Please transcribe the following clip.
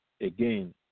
again